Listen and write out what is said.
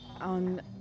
On